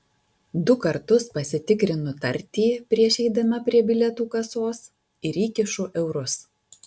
du kartus pasitikrinu tartį prieš eidama prie bilietų kasos ir įkišu eurus